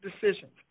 decisions